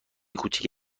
کوچک